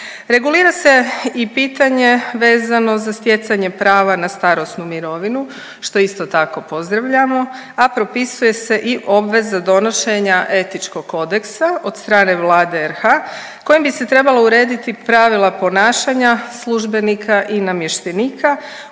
Regulira se i pitanje vezano za stjecanje prava na starosnu mirovinu što isto tako pozdravljamo, a propisuje se i obveza donošenja etičkog kodeksa od strane Vlade RH kojim bi se trebalo urediti pravila ponašanja službenika i namještenika